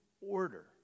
order